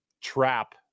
trap